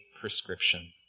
prescription